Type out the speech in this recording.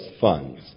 funds